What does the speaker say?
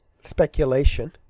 speculation